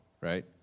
right